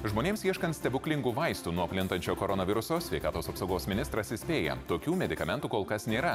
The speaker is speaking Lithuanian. žmonėms ieškant stebuklingų vaistų nuo plintančio koronaviruso sveikatos apsaugos ministras įspėja tokių medikamentų kol kas nėra